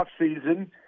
offseason